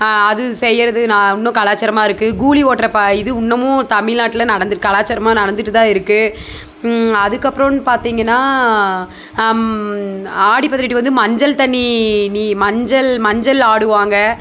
அது செய்கிறது நான் இன்னும் கலாச்சாரமாக இருக்குது கூழி ஓட்டுற ப இது இன்னமும் தமிழ்நாட்டில் நடந்து கலாச்சாரமாக நடந்துட்டு தான் இருக்கு அதுக்கப்புறம்னு பார்த்தீங்கன்னா ஆடி பதினெட்டுக்கு வந்து மஞ்சள் தண்ணி நீ மஞ்சள் மஞ்சள் ஆடுவாங்கள்